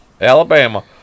Alabama